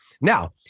Now